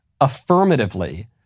Affirmatively